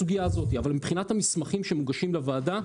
אבל מבחינת המסמכים שמוגשים לוועדה,